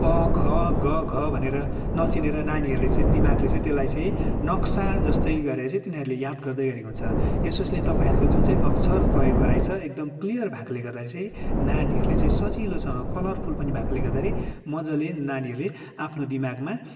क ख ग घ भनेर नचिनेर नानीहरूले चाहिँ दिमागले चाहिँ त्यसलाई चाहिँ नक्सा जस्तै गरेर तिनीहरूले याद गर्दै गरेको हुन्छ यसोस्ले तपाईँहरूको जुन चाहिँ अक्षर प्रयोग गराइ छ एकदम क्लियर भएकोले गर्दाखेरि चाहिँ नानीहरूले चाहिँ सजिलोसँग कलरफुल पनि भएकोले गर्दाखेरि मजाले नानीहरूले आफ्नो दिमागमा